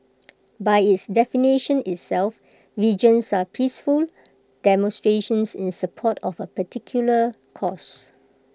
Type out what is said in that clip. by its definition itself vigils are peaceful demonstrations in support of A particular cause